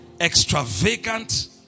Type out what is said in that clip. extravagant